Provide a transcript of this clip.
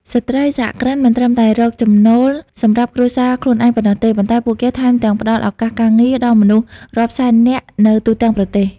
ស្ត្រីសហគ្រិនមិនត្រឹមតែរកចំណូលសម្រាប់គ្រួសារខ្លួនឯងប៉ុណ្ណោះទេ ប៉ុន្តែពួកគេថែមទាំងផ្ដល់ឱកាសការងារដល់មនុស្សរាប់សែននាក់នៅទូទាំងប្រទេស។